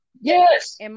Yes